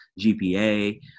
GPA